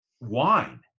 wine